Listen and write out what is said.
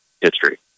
history